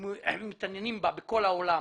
מתעניינים בה בכל העולם